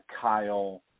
Kyle